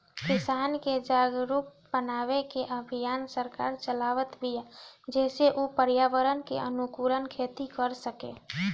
किसान के जागरुक बनावे के अभियान सरकार चलावत बिया जेसे उ पर्यावरण के अनुकूल खेती कर सकें